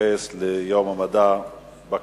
ויתייחס ליום המדע בכנסת.